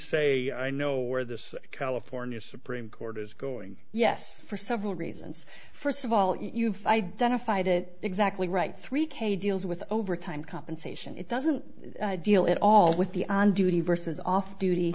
say i know where this california supreme court is going yes for several reasons first of all you've identified it exactly right three k deals with overtime compensation it doesn't deal at all with the on duty versus off duty